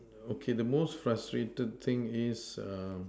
okay the most frustrated thing is err